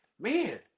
man